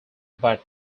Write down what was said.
but